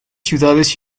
ciudades